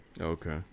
Okay